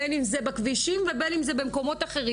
בין אם זה בכבישים ובין אם זה במקומות אחרים,